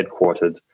headquartered